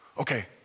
Okay